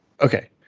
Okay